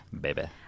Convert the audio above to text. Baby